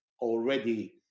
already